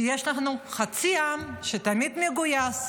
שיש לנו חצי עם שתמיד מגויס,